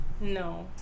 No